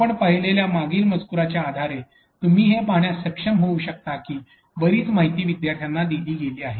आपण पाहिलेल्या मागील मजकूराच्या आधारे तुम्ही हे पाहण्यास सक्षम होऊ शकता की बरीच माहिती विद्यार्थ्यांना दिली गेली आहे